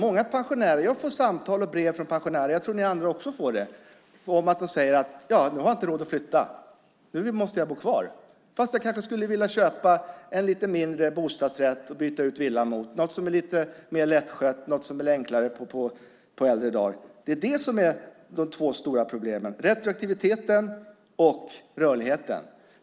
Jag får samtal och brev från pensionärer - jag tror att ni andra också får det - om att de inte har råd att flytta utan måste bo kvar, fastän de kanske skulle vilja byta villan mot en lite mindre bostadsrätt. Man vill ha något som är lite mer lättskött och enklare på äldre dagar. Det är de två stora problemen: retroaktiviteten och rörligheten.